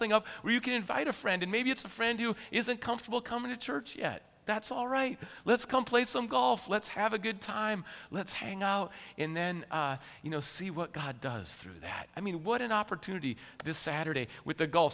thing up where you can invite a friend in maybe it's a friend who isn't comfortable coming to church yet that's alright let's come play some golf let's have a good time let's hang out in then you know see what god does through that i mean what an opportunity this saturday with the g